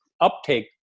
uptake